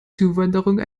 zuwanderung